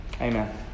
Amen